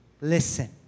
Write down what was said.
Listen